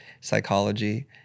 psychology